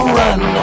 run